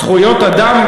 זכויות אדם,